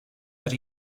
that